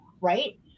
right